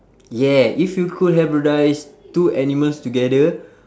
yeah if you could hybridise two animals together